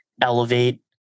elevate